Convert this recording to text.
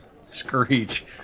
screech